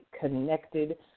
connected